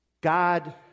God